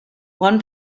one